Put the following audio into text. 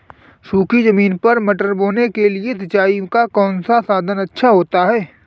सूखी ज़मीन पर मटर बोने के लिए सिंचाई का कौन सा साधन अच्छा होता है?